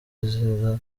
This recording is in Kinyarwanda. izira